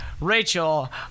Rachel